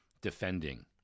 defending